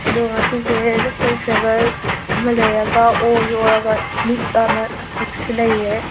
ꯑꯗꯨ ꯉꯁꯤꯁꯦ ꯑꯩꯈꯣꯏ ꯐꯦꯕꯔ ꯂꯩꯔꯒ ꯑꯣꯁꯨ ꯑꯣꯔꯒ ꯅꯤꯛꯑꯅ ꯍꯧꯖꯤꯛꯁꯨ ꯂꯩꯌꯦ